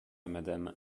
madame